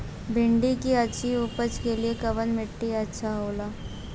भिंडी की अच्छी उपज के लिए कवन मिट्टी अच्छा होला?